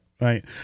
right